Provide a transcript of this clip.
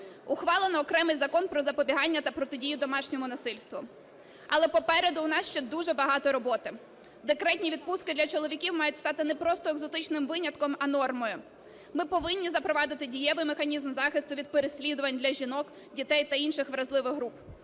Ухвалено окремий Закон "Про запобігання та протидію домашньому насильству". Але попереду у нас ще дуже багато роботи. Декретні відпустки для чоловіків мають стати не просто екзотичним винятком, а нормою. Ми повинні запровадити дієвий механізм захисту від переслідувань для жінок, дітей та інших вразливих груп.